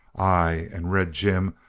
ay, and red jim,